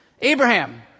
Abraham